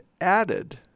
added